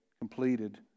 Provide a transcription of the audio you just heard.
completed